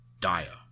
Dire